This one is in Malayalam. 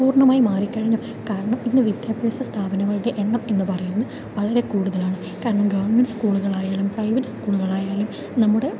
പൂർണ്ണമായി മാറിക്കഴിഞ്ഞു കാരണം ഇന്ന് വിദ്യാഭ്യാസ സ്ഥാപനങ്ങളുടെ എണ്ണം എന്ന് പറയുന്നത് വളരെ കൂടുതലാണ് കാരണം ഗവണ്മെന്റ് സ്കൂളുകളായാലും പ്രൈവറ്റ് സ്കൂളുകളായാലും നമ്മുടെ